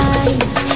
eyes